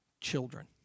children